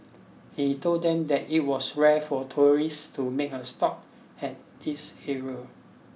he told them that it was rare for tourists to make a stop at this area